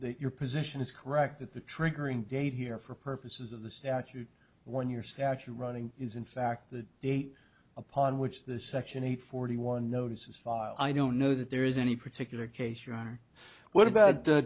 that your position is correct that the triggering date here for purposes of the statute one your stature running is in fact that the upon which the section eight forty one notices i don't know that there is any particular case you are what about